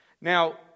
Now